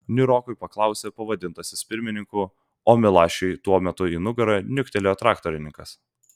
niūrokai paklausė pavadintasis pirmininku o milašiui tuo metu į nugarą niuktelėjo traktorininkas